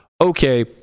okay